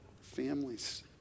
families